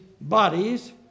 bodies